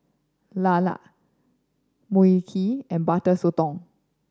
lala Mui Kee and Butter Sotong